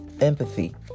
empathy